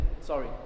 sorry